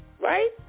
right